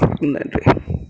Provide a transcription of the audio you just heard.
நன்றி